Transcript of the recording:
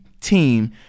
team